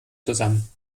zusammen